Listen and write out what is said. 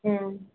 ਹੁੰ